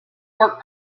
work